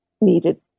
needed